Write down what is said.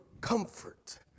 comfort